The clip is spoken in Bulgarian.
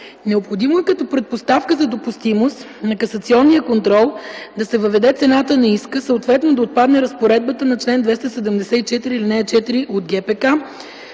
Необходимо е като предпоставка за допустимост на касационния контрол да се въведе цената на иска, съответно да отпадне разпоредбата на чл. 274, ал. 4 от ГПК,